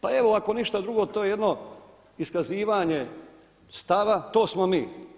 Pa evo ako ništa drugo to je jedno iskazivanje stava to smo mi.